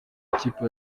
w’ikipe